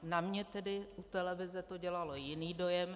Na mě tedy u televize to dělalo jiný dojem.